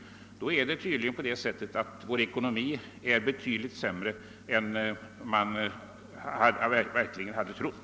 Då är vår ekonomi tydligen mycket sämre än man hade trott.